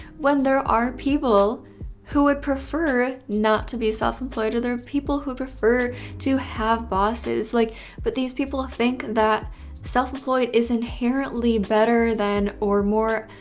when there are people who would prefer not to be self-employed or there people who prefer to have bosses like but but these people think that self-employed is inherently better than or more